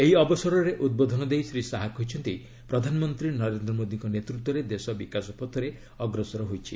ଏହି ଅବସରରେ ଉଦ୍ବୋଧନ ଦେଇ ଶ୍ରୀ ଶାହା କହିଛନ୍ତି ପ୍ରଧାନମନ୍ତ୍ରୀ ନରେନ୍ଦ୍ର ମୋଦୀଙ୍କ ନେତୃତ୍ୱରେ ଦେଶ ବିକାଶପଥରେ ଅଗ୍ରସର ହୋଇଛି